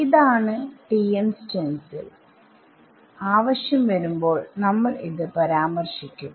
ഇതാണ് ™ stencil™ stencil ആവശ്യം വരുമ്പോൾ നമ്മൾ ഇത് പരാമർശിക്കും